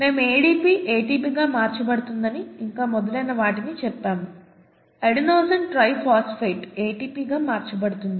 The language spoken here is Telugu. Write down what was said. మేము ADP ATP గా మార్చబడుతుందని ఇంకా మొదలైనవాటిని చెప్పాము అడెనోసిన్ డైఫాస్ఫేట్ ATP గా మార్చబడుతుంది